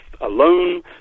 alone